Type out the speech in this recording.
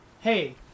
hey